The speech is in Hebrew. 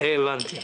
הבנתי.